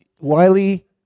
wiley